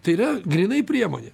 tai yra grynai priemonė